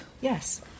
yes